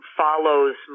follows